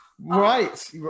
right